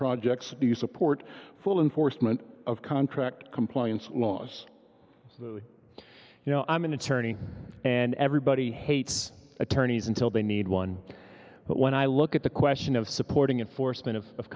projects do you support full enforcement of contract compliance laws you know i'm an attorney and everybody hates attorneys until they need one but when i look at the question of supporting and forstmann of of